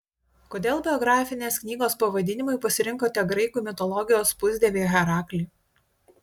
kodėl biografinės knygos pavadinimui pasirinkote graikų mitologijos pusdievį heraklį